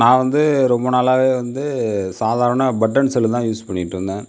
நான் வந்து ரொம்ப நாளாகவே வந்து சாதாரண பட்டன் செல்தான் யூஸ் பண்ணிட்டிருந்தேன்